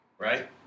Right